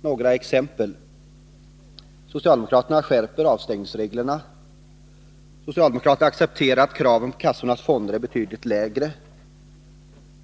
Några exempel: Socialdemokraterna accepterar att kraven på kassornas fonder är betydligt lägre.